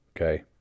Okay